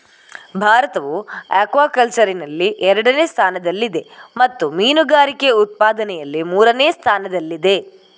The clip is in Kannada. ಭಾರತವು ಅಕ್ವಾಕಲ್ಚರಿನಲ್ಲಿ ಎರಡನೇ ಸ್ಥಾನದಲ್ಲಿದೆ ಮತ್ತು ಮೀನುಗಾರಿಕೆ ಉತ್ಪಾದನೆಯಲ್ಲಿ ಮೂರನೇ ಸ್ಥಾನದಲ್ಲಿದೆ